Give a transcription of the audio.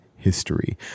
History